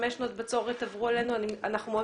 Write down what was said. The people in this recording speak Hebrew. חמש שנות בצורת עברו עלינו ואנחנו מאוד